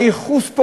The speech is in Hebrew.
הייחוס,